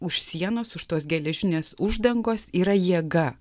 už sienos už tos geležinės uždangos yra jėga